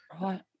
Right